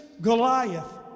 Goliath